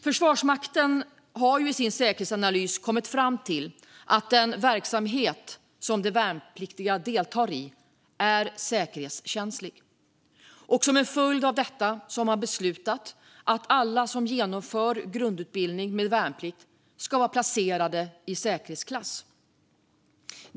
Försvarsmakten har i sin säkerhetsskyddsanalys kommit fram till att den verksamhet som de värnpliktiga deltar i är säkerhetskänslig, och som en följd av detta har man beslutat att alla som genomför grundutbildning med värnplikt ska vara placerade i säkerhetsklass.